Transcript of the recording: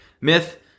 Myth